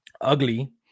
ugly